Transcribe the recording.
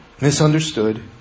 misunderstood